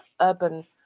urban